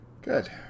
Good